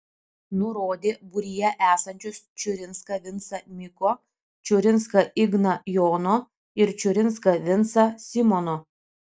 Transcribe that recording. nurodė būryje esančius čiurinską vincą miko čiurinską igną jono ir čiurinską vincą simono